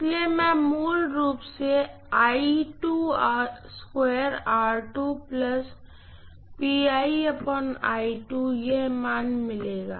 इसलिए मैं मूल रूप से यह मान मिलेगा